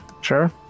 Sure